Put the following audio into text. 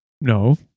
No